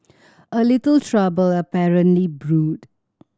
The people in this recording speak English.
a little trouble apparently brewed